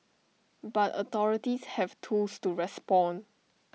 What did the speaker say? but authorities have tools to respond